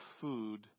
food